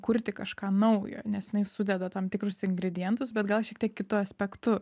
kurti kažką naujo nes jinai sudeda tam tikrus ingredientus bet gal šiek tiek kitu aspektu